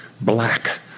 black